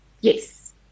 Yes